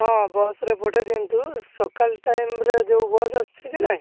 ହଁ ବସ୍ରେ ପଠେଇ ଦିଅନ୍ତୁ ସକାଳ ଟାଇମ୍ ରେ ଯୋଉ ବସ୍ ଆସୁଛି କି ନାହିଁ